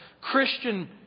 Christian